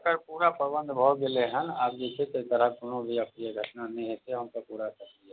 तकर पूरा प्रबन्ध भऽ गेलै हँ आब जे छै एहि तरहके कोनो भी अप्रिय घटना नहि हेतै हमसब पूरा सक्रिय छी